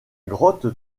grotte